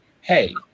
hey